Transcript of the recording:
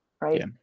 right